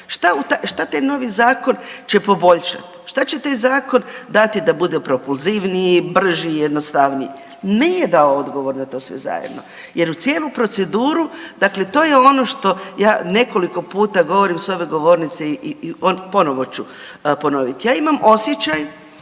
Šta taj novi zakon će poboljšati? Šta će taj zakon dati da bude propulzivniji, brži, jednostavniji? Nije dao odgovor na to sve zajedno jer u cijelu proceduru, dakle to je ono što ja nekoliko puta govorim s ove govornice i ponovo ću ponoviti. Ja imam osjećaj